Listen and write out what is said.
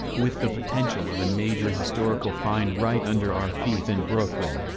with the potential of a major historical find right under our feet in brooklyn.